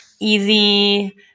easy